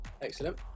Excellent